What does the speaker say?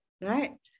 right